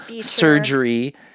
surgery